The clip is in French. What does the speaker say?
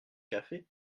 café